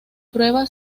prueba